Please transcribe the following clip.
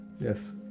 Yes